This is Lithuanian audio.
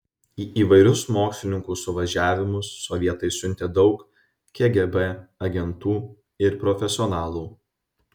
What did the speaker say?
į įvairius mokslininkų suvažiavimus sovietai siuntė daug kgb agentų ir profesionalų